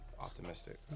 Optimistic